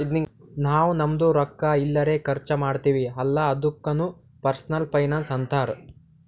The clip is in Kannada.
ನಾವ್ ನಮ್ದು ರೊಕ್ಕಾ ಎಲ್ಲರೆ ಖರ್ಚ ಮಾಡ್ತಿವಿ ಅಲ್ಲ ಅದುಕ್ನು ಪರ್ಸನಲ್ ಫೈನಾನ್ಸ್ ಅಂತಾರ್